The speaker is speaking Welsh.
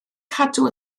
cadw